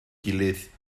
gilydd